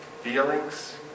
feelings